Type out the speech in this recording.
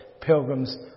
Pilgrims